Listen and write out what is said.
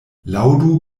laŭdu